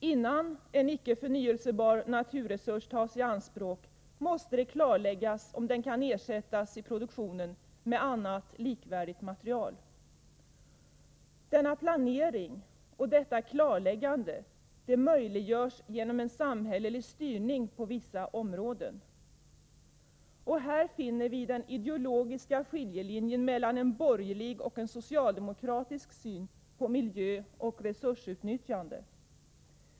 Innan en icke förnyelsebar naturresurs tas i anspråk, måste det klarläggas om den kan ersättas i produktionen med annat likvärdigt material. Denna planering och detta klarläggande möjliggörs genom en samhällelig styrning på vissa områden. Här finner vi den ideologiska skiljelinjen mellan en borgerlig och en socialdemokratisk syn på miljö och resursutnyttjande.